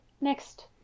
next